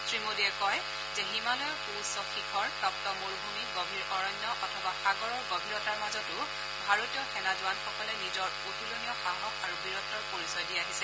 শ্ৰীমাদীয়ে কয় যে হিমালয়ৰ সউচ্চ শিখৰ তপ্ত মৰুভূমি গভীৰ অৰণ্য অথবা সাগৰৰ গভীৰতাৰ মাজতো ভাৰতীয় সেনা জোৱানসকলে নিজৰ অতুলনীয় সাহস আৰু বীৰত্বৰ পৰিচয় দি আহিছে